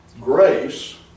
grace